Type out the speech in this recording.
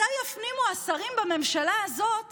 מתי יפנימו השרים בממשלה הזאת